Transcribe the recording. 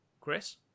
Chris